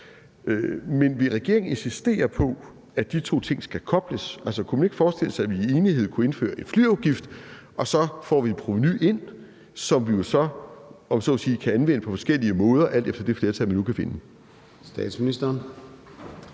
Men vil regeringen insistere på, at de to ting skal kobles? Altså, kunne man ikke forestille sig, at vi i enighed kunne indføre en flyafgift? Så får vi et provenu ind, som vi jo så, om jeg så må sige, kan anvende på forskellige måder alt efter det flertal, vi nu kan finde.